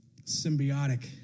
symbiotic